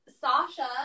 Sasha